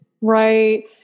Right